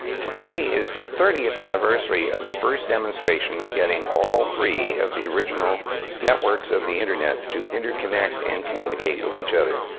today is the thirtieth anniversary of the first demonstration of getting all three of the original networks of the internet to interconnect and communicate with each other.